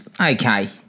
okay